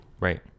Right